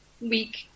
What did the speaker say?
week